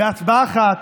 הצבעה אחת,